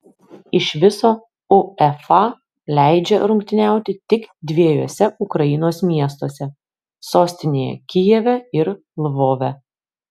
iš viso uefa leidžia rungtyniauti tik dviejuose ukrainos miestuose sostinėje kijeve ir lvove